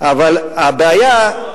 אבל הבעיה,